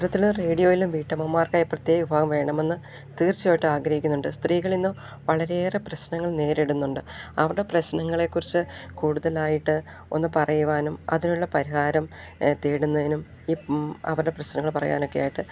പത്രത്തിലും റേഡിയോയിലും വീട്ടമ്മമാർക്കായി പ്രത്യേക വിഭാഗം വേണമെന്ന് തീർച്ചയായിട്ട് ആഗ്രഹിക്കുന്നുണ്ട് സ്ത്രീകൾ ഇന്ന് വളരെയേറെ പ്രശ്നങ്ങൾ നേരിടുന്നുണ്ട് അവരുടെ പ്രശ്നങ്ങളെക്കുറിച്ച് കൂടുതലായിട്ട് ഒന്ന് പറയുവാനും അതിനുള്ള പരിഹാരം തേടുന്നതിനും അവരുടെ പ്രശ്നങ്ങൾ പറയാനൊക്കെയായിട്ട്